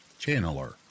channeler